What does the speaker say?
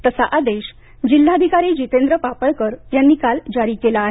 तसा आदेश जिल्हाधिकारी जितेंद्र पापळकर यांनी काल जारी केला आहे